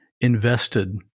invested